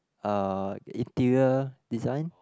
uh interior design